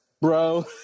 bro